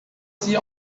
sie